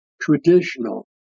traditional